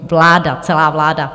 Vláda, celá vláda.